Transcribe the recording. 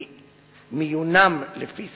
מיונם לפי